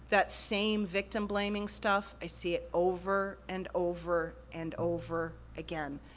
that same victim blaming stuff, i see it over and over and over again.